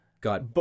got